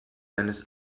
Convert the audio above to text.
deines